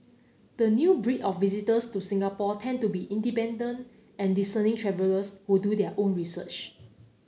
the new breed of visitors to Singapore tend to be independent and discerning travellers who do their own research